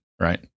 right